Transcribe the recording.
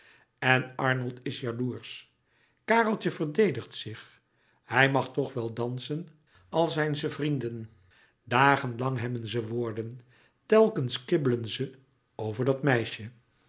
en arnold is jaloersch kareltje verdedigt zich hij mag toch wel dansen al zijn ze vrienden dagen lang hebben ze woorden telkens kibbelen ze over dat meisje